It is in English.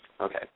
Okay